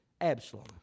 Absalom